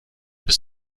bis